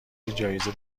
جایزه